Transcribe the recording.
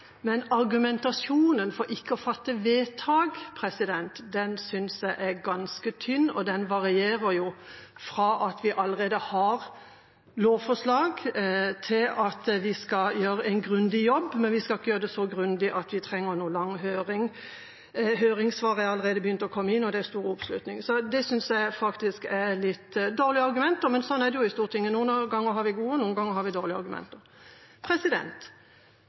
Men argumentasjonen for ikke å fatte vedtak synes jeg er ganske tynn, og den varierer fra at vi allerede har lovforslag, til at vi skal gjøre en grundig jobb, men ikke så grundig at vi trenger noen lang høring, høringssvarene er allerede begynt å komme inn, og det er stor oppslutning. Dette synes jeg faktisk er litt dårlige argumenter, men sånn er det i Stortinget – noen ganger har vi gode og noen ganger dårlige argumenter.